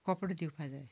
कपडो दिवपाक जाय